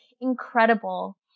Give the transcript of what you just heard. incredible